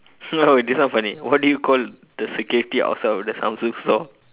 oh this one funny what do you call the security outside of the samsung store